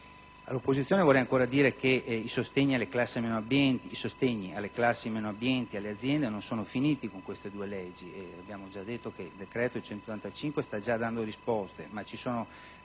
All'opposizione vorrei dire che i sostegni alle classi meno abbienti e alle aziende non sono finiti con questi due provvedimenti. Come abbiamo detto, il decreto n. 185 sta già dando risposte, ma ci sono